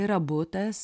tai yra butas